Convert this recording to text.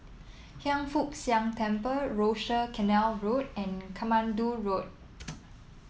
Hiang Foo Siang Temple Rochor Canal Road and Katmandu Road